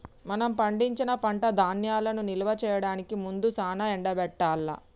మనం పండించిన పంట ధాన్యాలను నిల్వ చేయడానికి ముందు సానా ఎండబెట్టాల్ల